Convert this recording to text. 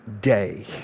day